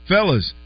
Fellas